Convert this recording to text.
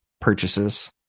purchases